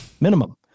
minimum